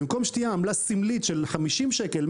במקום שתהיה עמלה סמלית של 50 שקלים,